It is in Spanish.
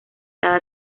cada